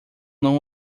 não